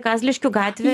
kazliškių gatvė